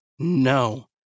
No